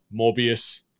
Morbius